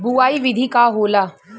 बुआई विधि का होला?